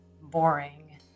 boring